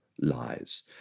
lies